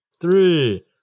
three